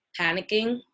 panicking